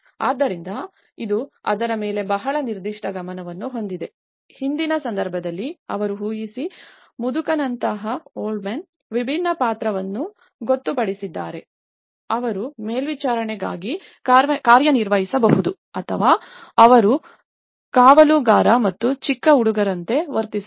ಆದ್ದರಿಂದ ಇದು ಅದರ ಮೇಲೆ ಬಹಳ ನಿರ್ದಿಷ್ಟ ಗಮನವನ್ನು ಹೊಂದಿದೆ ಹಿಂದಿನ ಸಂದರ್ಭದಲ್ಲಿ ಅವರು ಊಹಿಸಿ ಮುದುಕನಂತಹ ವಿಭಿನ್ನ ಪಾತ್ರವನ್ನು ಗೊತ್ತುಪಡಿಸಿದ್ದಾರೆ ಆದ್ದರಿಂದ ಅವರು ಮೇಲ್ವಿಚಾರಣೆಯಾಗಿ ಕಾರ್ಯನಿರ್ವಹಿಸಬಹುದು ಅಥವಾ ಅವರು ಕಾವಲುಗಾರ ಮತ್ತು ಚಿಕ್ಕ ಹುಡುಗರಂತೆ ವರ್ತಿಸಬಹುದು